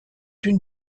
une